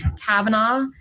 Kavanaugh